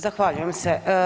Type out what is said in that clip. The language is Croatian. Zahvaljujem se.